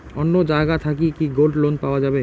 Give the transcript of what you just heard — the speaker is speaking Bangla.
অন্য জায়গা থাকি কি গোল্ড লোন পাওয়া যাবে?